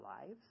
lives